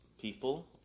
people